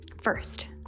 first